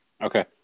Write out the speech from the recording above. Okay